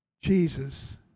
Jesus